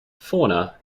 fauna